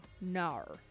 Nar